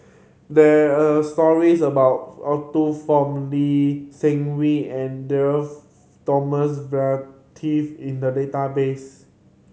there're stories about Arthur Fong Lee Seng Wee and Thomas Vadaketh in the database